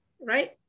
right